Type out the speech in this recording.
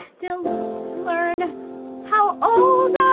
they'll learn how old